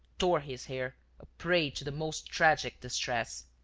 tore his hair, a prey to the most tragic distress.